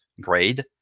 grade